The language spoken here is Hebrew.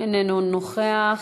איננו נוכח.